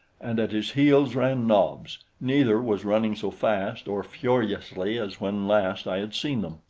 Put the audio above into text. and at his heels ran nobs. neither was running so fast or furiously as when last i had seen them.